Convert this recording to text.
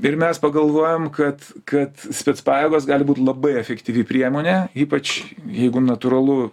ir mes pagalvojam kad kad specpajėgos gali būt labai efektyvi priemonė ypač jeigu natūralu